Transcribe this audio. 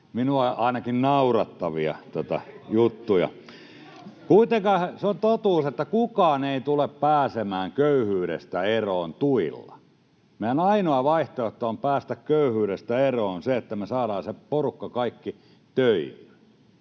ainakin minua naurattavia juttuja. Kuitenkaan, se on totuus, kukaan ei tule pääsemään köyhyydestä eroon tuilla. Meidän ainoa vaihtoehto päästä köyhyydestä eroon on se, että me saadaan se porukka kaikki töihin.